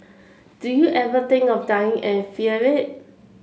do you ever think of dying and fear it